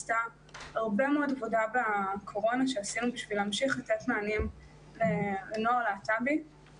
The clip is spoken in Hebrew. עשינו הרבה מאוד עבודה בשביל להמשיך לתת מענים לנוער להט"בים.